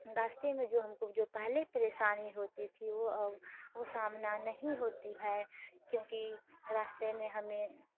रास्ते में जो हमको जो पहले परेशानी होती थी वह अब वह सामना नहीं होती है क्योंकि रास्ते में हमें